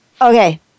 Okay